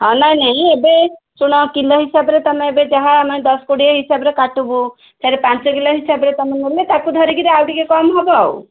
ହଁ ନାଇ ନାଇ ଏବେ ଶୁଣ କିଲୋ ହିସାବରେ ତୁମେ ଏବେ ଯାହା ଆମେ ଦଶ କୋଡ଼ିଏ ହିସାବରେ କାଟିବୁ ଚାରି ପାଞ୍ଚ କିଲୋ ହିସାବରେ ତୁମେ ନେଲେ ତାକୁ ଧରିକିରି ଆଉ ଟିକେ କମ୍ ହେବ ଆଉ